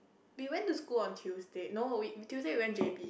we went to school on Tuesday no Tuesday we went J_B